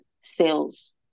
sales